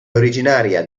originaria